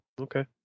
Okay